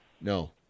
No